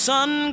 sun